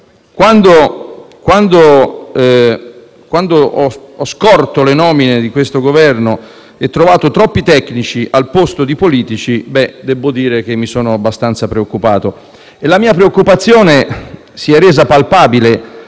Quando ho scorto le nomine di questo Governo e ho trovato troppi tecnici al posto di politici, mi sono abbastanza preoccupato. La mia preoccupazione si è resa palpabile